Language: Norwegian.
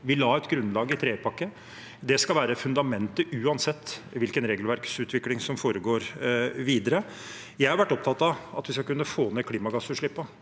Vi la et grunnlag i tredje pakke, og det skal være fundamentet uansett hvilken regelverksutvikling som foregår videre. Jeg har vært opptatt av at vi skal kunne få ned klimagassutslippene,